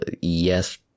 yes